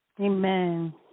Amen